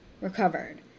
recovered